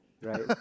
Right